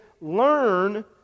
learn